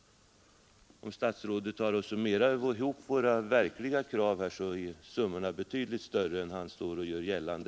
Om statsrådet summerar våra krav blir summorna betydligt större än han här gör gällande.